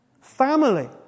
family